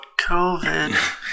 COVID